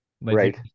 Right